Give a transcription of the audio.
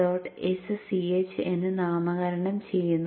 sch എന്ന് നാമകരണം ചെയ്യുന്നു